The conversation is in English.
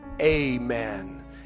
Amen